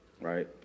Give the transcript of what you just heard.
right